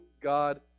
God